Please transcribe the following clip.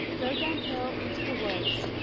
go downhill into the woods.